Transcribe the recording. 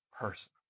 person